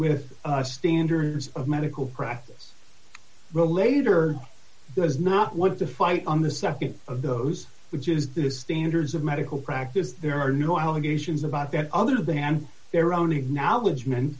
with standards of medical practice regulator does not want to fight on the nd of those which is the standards of medical practice there are no allegations about that other than their own acknowledgement